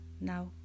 now